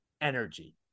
energy